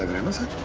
name isn't